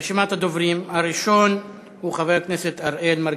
רשימת הדוברים: הראשון הוא חבר הכנסת אראל מרגלית.